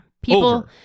people